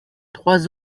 trois